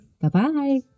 Bye-bye